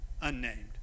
unnamed